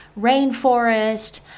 rainforest